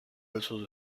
also